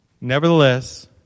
Nevertheless